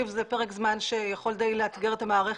זה פרק זמן שיכול לאתגר את המערכת.